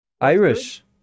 irish